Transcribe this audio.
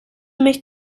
mich